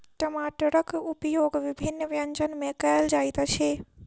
टमाटरक उपयोग विभिन्न व्यंजन मे कयल जाइत अछि